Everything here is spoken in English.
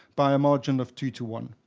by a margin of two to one.